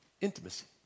intimacy